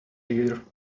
year